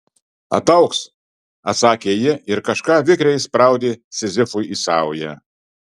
ataugs atsakė ji ir kažką vikriai įspraudė sizifui į saują